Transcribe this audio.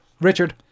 Richard